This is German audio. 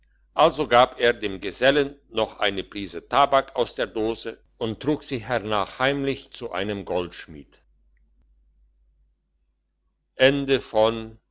also gab er dem gesellen noch eine prise tabak aus der dose und trug sie hernach zu einem goldschmied